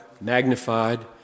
magnified